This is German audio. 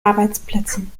arbeitsplätzen